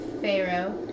Pharaoh